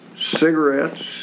Cigarettes